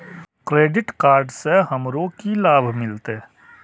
Credit card से हमरो की लाभ मिलते?